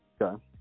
Okay